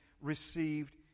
received